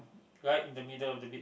right in the middle of the beach